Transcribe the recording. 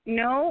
no